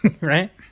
Right